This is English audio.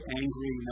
angry